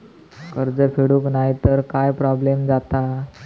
कर्ज फेडूक नाय तर काय प्रोब्लेम जाता?